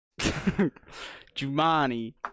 Jumanji